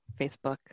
Facebook